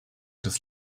des